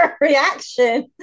reaction